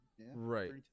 Right